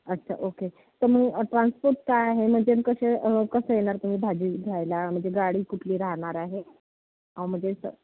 अच्छा ओके तर मग ट्रान्सपोर्ट काय आहे म्हणजेन कसे कसे येणार तुम्ही भाजी घ्यायला म्हणजे गाडी कुठली राहणार आहे म्हणजे